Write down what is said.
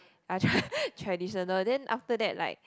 ah tra~ traditional then after that like